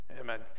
Amen